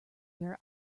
where